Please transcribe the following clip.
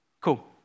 Cool